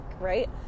right